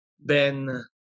Ben